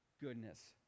goodness